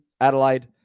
Adelaide